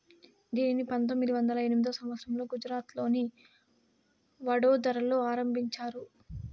దీనిని పంతొమ్మిది వందల ఎనిమిదో సంవచ్చరంలో గుజరాత్లోని వడోదరలో ఆరంభించారు